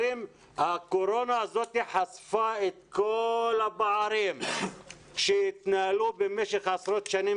הקורונה הזאת חשפה את כל הפערים שקיימים במשך עשרות שנים